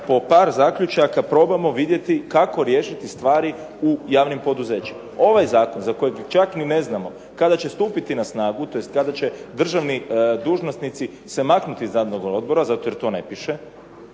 po par zaključaka probamo vidjeti kako riješiti stvari u javnim poduzećima. Ovaj zakon za koji čak ni ne znamo kada će stupiti na snagu, tj. kada će se državni dužnosnici maknuti iz radnoga odbora zato jer to ne piše,